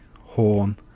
horn